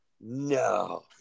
No